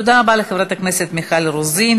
תודה רבה לחברת הכנסת מיכל רוזין.